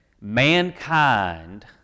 mankind